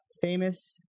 Famous